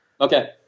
Okay